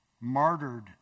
martyred